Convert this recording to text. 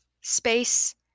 space